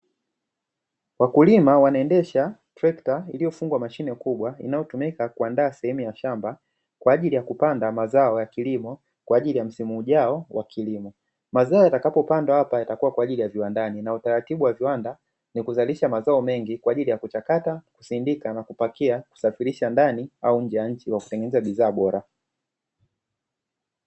Wakulima wanaendesha trekta iliyofungwa mashine kubwa inayotumika kuandaa sehemu ya shamba kwa ajili ya kupanda mazao ya kilimo, kwa ajili ya msimu ujao wa kilimo. Mazao yatakapopandwa hapa yatakuwa kwa ajili ya viwandani, na utaratibu wa viwanda ni kuzalisha mazao mengi kwa ajili ya kuchakata, kusindika na kupakia, kusafirisha ndani au nje ya nchi kwa kutengeneza bidhaa bora.